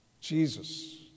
Jesus